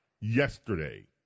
yesterday